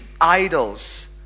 idols